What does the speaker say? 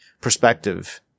perspective